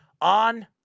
on